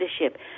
leadership